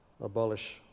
abolish